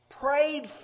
prayed